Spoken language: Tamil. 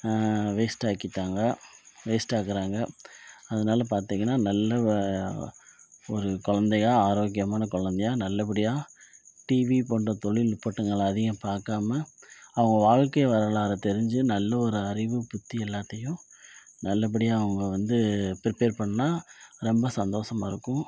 வேஸ்டாக்கிட்டாங்க வேஸ்ட்டாக்குகிறாங்க அதனால பார்த்தீங்கனா நல்லா வ ஒரு குழந்தையா ஆரோக்கியமான குழந்தையா நல்லபடியாக டிவி போன்ற தொழில் நுட்பட்டங்கள் அதிகம் பார்க்காமா அவங்க வாழ்க்கை வரலாறு தெரிஞ்சு நல்ல ஒரு அறிவு புத்தி எல்லாத்தையும் நல்லபடியாக அவங்க வந்து ப்ரிப்பர் பண்ணிணா ரொம்ப சந்தோசமாக இருக்கும்